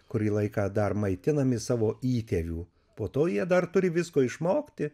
kurį laiką dar maitinami savo įtėvių po to jie dar turi visko išmokti